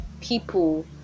people